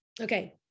okay